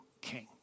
king